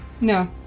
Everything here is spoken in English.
No